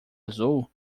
azul